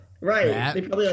Right